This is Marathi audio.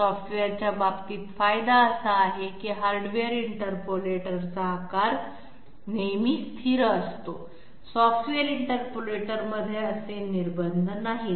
सॉफ्टवेअरच्या बाबतीत फायदा असा आहे की हार्डवेअर इंटरपोलेटरचा आकार नेहमी स्थिर असतो सॉफ्टवेअर इंटरपोलेटरमध्ये असे निर्बंध नाहीत